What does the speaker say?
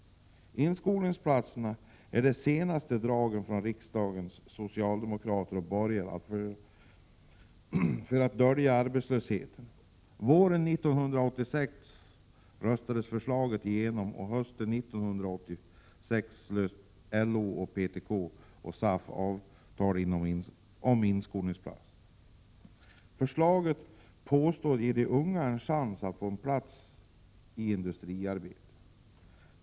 Inskolningsplatser är det senaste draget från riksdagens socialdemokrater och borgare för att dölja arbetslösheten. Våren 1986 röstades förslaget igenom, och hösten samma år slöt LO, PTK och SAF avtal om inskolningsplatserna. Avtalen påstås ge de unga en chans att få en plats i industriarbete.